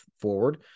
forward